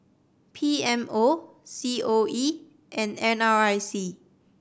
P M O C O E and N R I C